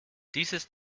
dieses